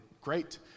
great